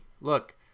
look